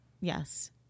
Yes